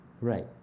Right